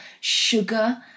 sugar